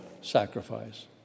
sacrifice